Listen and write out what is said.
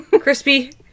Crispy